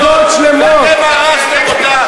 אתם הרסתם אותה.